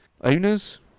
owners